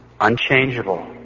unchangeable